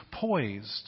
poised